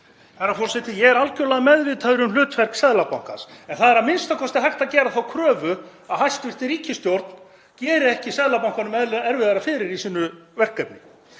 Herra forseti. Ég er algjörlega meðvitaður um hlutverk Seðlabankans en það er a.m.k. hægt að gera þá kröfu að hæstv. ríkisstjórn geri ekki Seðlabankanum erfiðara fyrir í sínu verkefni.